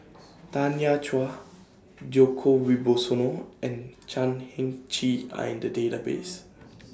Tanya Chua Djoko Wibisono and Chan Heng Chee Are in The Database